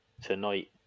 tonight